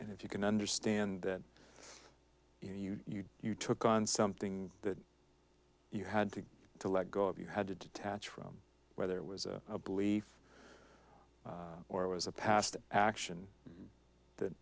and if you can understand that you know you you took on something that you had to to let go of you had to detach from whether it was a belief or it was a past action that